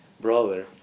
brother